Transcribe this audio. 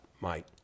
Mike